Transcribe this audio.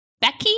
Becky